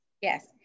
Yes